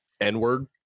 N-Word